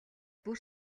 бүр